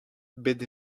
bet